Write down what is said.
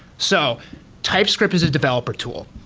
so typescript is a developer tool.